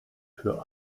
für